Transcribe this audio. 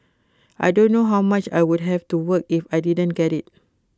I don't know how much I would have to work if I didn't get IT